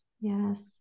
Yes